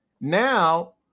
now